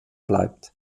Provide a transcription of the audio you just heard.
bleibt